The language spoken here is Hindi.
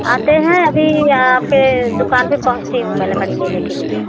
आते हैं अभी यहाँ पर दुकान पर पहुँचती हूँ मैं लकड़ी लेने के लिए